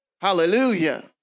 Hallelujah